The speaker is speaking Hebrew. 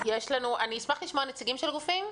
אני אשמח לשמוע נציגים של גופים.